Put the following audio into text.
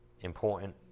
important